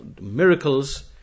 Miracles